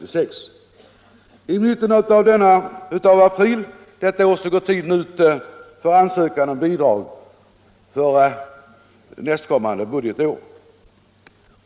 I mitten av april går tiden ut för ansökan om bidrag för nästa budgetår.